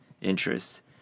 interests